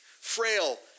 frail